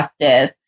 justice